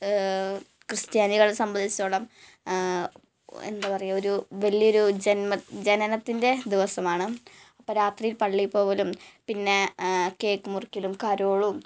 ക്രിസ്ത്യാനിളെ സംബന്ധിച്ചിടത്തോളം എന്താ പറയുക ഒരു വലിയ ഒരു ജന്മ ജനനത്തിന്റെ ദിവസമാണ് അപ്പം രാത്രിയില് പള്ളിയില് പോകലും പിന്നെ കേക്ക് മുറിക്കലും കരോളും